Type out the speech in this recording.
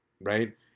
right